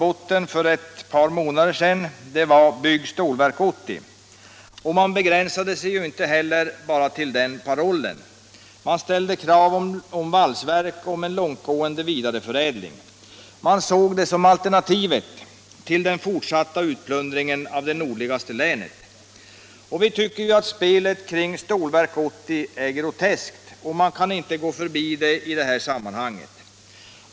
botten för ett par månader sedan var ”Bygg Stålverk 80!”, men man begränsade sig inte till den parollen, utan man ställde krav om valsverk och om en långtgående vidareförädling. Man såg det som alternativet till den fortsatta utplundringen av det nordligaste länet. Spelet kring Stålverk 80 är groteskt, och vi kan inte gå förbi det i det här sammanhanget.